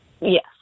yes